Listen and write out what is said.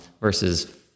versus